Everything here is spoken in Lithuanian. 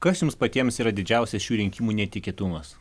kas jums patiems yra didžiausias šių rinkimų netikėtumas